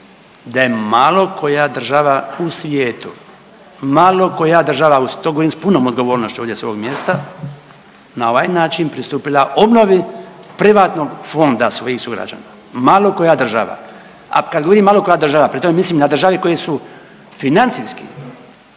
da je malo koja država u svijetu, malo koja država, to govorim s punom odgovornošću ovdje s ovog mjesta, na ovaj način pristupila obnovi privatnog fonda svojih sugrađana, malo koja država. A kad govorim malo koja država pri tome mislim na države koje su financijski